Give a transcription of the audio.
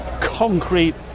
concrete